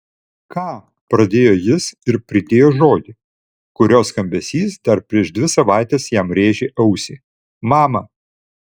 ką pradėjo jis ir pridėjo žodį kurio skambesys dar prieš dvi savaites jam rėžė ausį mama